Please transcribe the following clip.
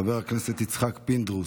חבר הכנסת יצחק פינדרוס,